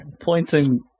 pointing